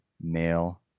male